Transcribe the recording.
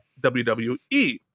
wwe